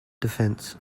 defence